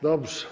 Dobrze.